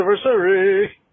anniversary